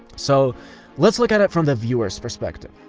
so let's look at it from the viewers perspective.